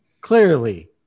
clearly